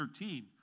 13